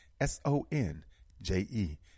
S-O-N-J-E